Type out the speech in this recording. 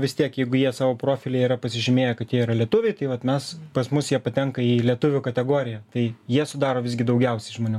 vis tiek jeigu jie savo profilyje yra pasižymėję kad jie yra lietuviai tai vat mes pas mus jie patenka į lietuvių kategoriją tai jie sudaro visgi daugiausiai žmonių